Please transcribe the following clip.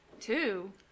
Two